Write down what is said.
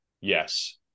Yes